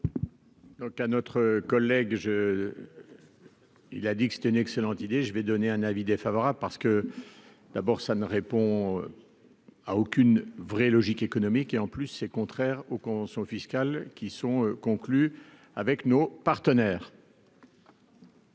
le cas notre collègue je, il a dit que c'était une excellente idée, je vais donner un avis défavorable, parce que d'abord ça ne répond à aucune vraie logique économique et en plus c'est contraire aux cons sont fiscales qui sont conclus avec nos partenaires.